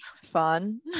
fun